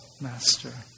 master